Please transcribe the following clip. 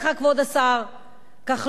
כבוד השר כחלון,